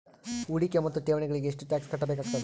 ಹೂಡಿಕೆ ಮತ್ತು ಠೇವಣಿಗಳಿಗ ಎಷ್ಟ ಟಾಕ್ಸ್ ಕಟ್ಟಬೇಕಾಗತದ?